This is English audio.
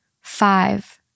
five